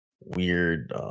weird